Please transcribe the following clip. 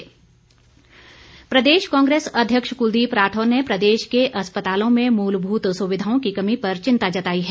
राठौर प्रदेश कांग्रेस अध्यक्ष कुलदीप राठौर ने प्रदेश के अस्पतालों में मूलभूत सुविधाओं की कमी पर चिंता जताई है